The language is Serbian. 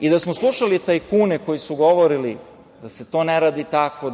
i da smo slušali tajkune koji su govorili da se to ne radi tako,